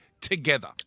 together